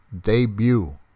debut